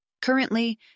Currently